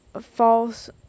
false